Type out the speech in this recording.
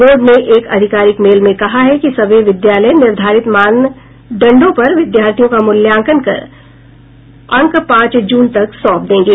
board ने एक आधिकारिक मेल में कहा है कि सभी विद्यालय निर्धारित मानदंडों पर विद्यार्थियों का मूल्यांकन कर अंक पांच जून तक सौंप देंगे